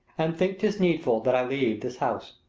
and think tis needful that i leave this house.